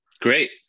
Great